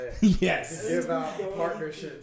yes